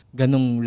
ganong